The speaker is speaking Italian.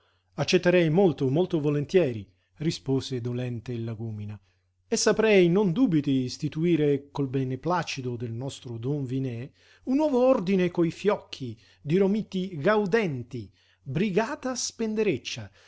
accetterei molto molto volentieri rispose dolente il lagúmina e saprei non dubiti istituire col beneplacito del nostro don vinè un nuovo ordine coi fiocchi di romiti gaudenti brigata spendereccia